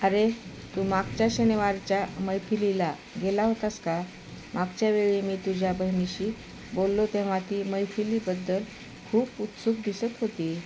अरे तू मागच्या शनिवारच्या मैफिलीला गेला होतास का मागच्या वेळी मी तुझ्या बहिणीशी बोललो तेव्हा ती मैफिलीबद्दल खूप उत्सुक दिसत होती